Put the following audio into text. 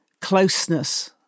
closeness